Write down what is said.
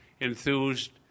enthused